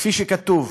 כפי שכתוב: